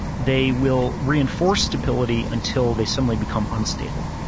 they will reinforce stability until they suddenly become unstable.